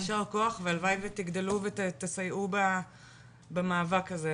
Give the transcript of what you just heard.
יישר כוח והלוואי ותגדלו ותסייעו במאבק הזה,